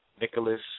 Nicholas